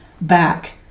back